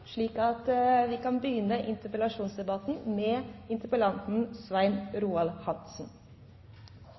slik at vi kan